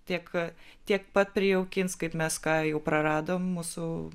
tiek tiek pat prijaukins kaip mes ką jau praradom mūsų